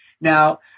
Now